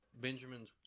Benjamin's